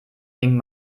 ging